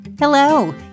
Hello